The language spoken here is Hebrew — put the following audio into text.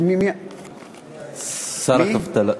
שר הכלכלה.